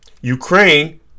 Ukraine